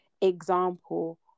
example